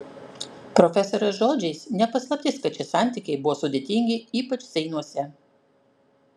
profesorės žodžiais ne paslaptis kad šie santykiai buvo sudėtingi ypač seinuose